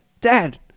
Dad